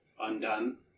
undone